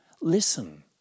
listen